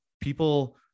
people